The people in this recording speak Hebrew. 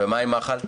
ומה עם מח"ל?